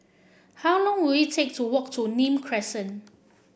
how long will it take to walk to Nim Crescent